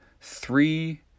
three